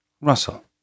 Russell